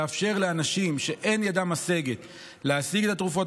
לאפשר לאנשים שאין ידם משגת להשיג את התרופות.